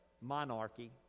monarchy